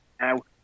now